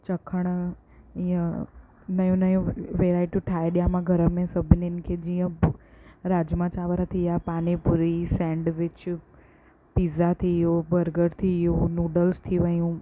चखण इहो नयूं नयूं वैराइटियूं ठाहे ॾिया मां घर में सभिनिनि खे जीअं राजमा चांवर थी विया पानी पुरी सेंडविच पिज़ा थी वियो बरगर थी वियो नूडल्स थी वेयूं